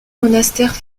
monastères